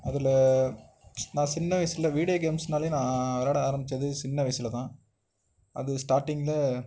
அதில் நான் சின்ன வயசுல வீடியோ கேம்ஸ்னாலே நான் விளாட ஆரமிச்சது சின்ன வயதில் தான் அது ஸ்டார்ட்டிங்க்கில்